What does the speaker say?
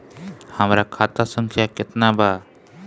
हमरा खाता संख्या केतना बा?